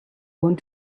want